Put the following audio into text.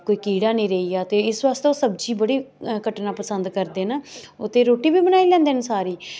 कोई कीड़ा निं रेई जा ते इस बास्तै ओह् सब्जी बड़ी कट्टना पसंद करदे न ओह् ते रुट्टी बी बनाई लैंदे सारी